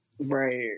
right